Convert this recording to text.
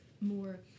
more